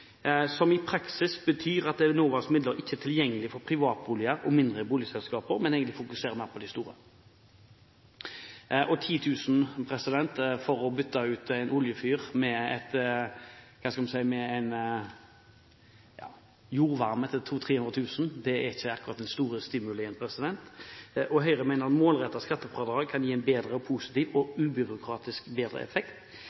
som i praksis betyr at Enovas midler ikke er tilgjengelige for privatboliger og mindre boligselskaper, men egentlig fokuserer mer på de store. 10 000 kr for å bytte ut en oljefyr med jordvarme til 200 000–300 000 kr er ikke akkurat det store stimuli, og Høyre mener målrettede skattefradrag kan gi en bedre, positiv – og